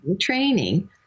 training